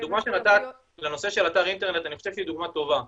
הדוגמה שנתת לנושא של אתר אינטרנט אני חושב שזו דוגמה טובה.